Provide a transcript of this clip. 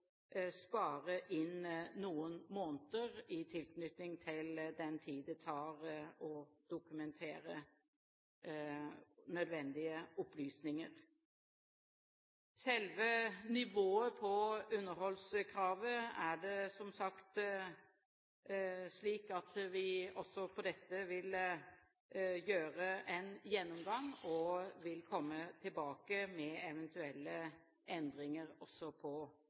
spare inn noen måneder i tilknytning til den tid det tar å dokumentere nødvendige opplysninger. Når det gjelder selve nivået på underholdskravet, er det, som sagt, slik at vi her vil gjøre en gjennomgang, og vi vil komme tilbake med eventuelle endringer også på